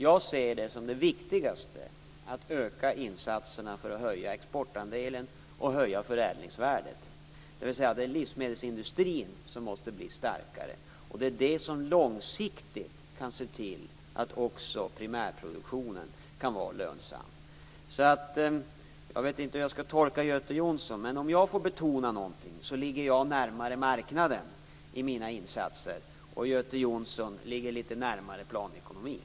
Jag ser det som det viktigaste att öka insatserna för att höja exportandelen och höja förädlingsvärdet, dvs. det är livsmedelsindustrin som måste bli starkare. Det är detta som långsiktigt kan se till att också primärproduktionen kan vara lönsam. Jag vet inte hur jag skall tolka Göte Jonsson, men om jag får betona någonting så ligger jag närmare marknaden i mina insatser och Göte Jonsson ligger litet närmare planekonomin.